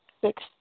six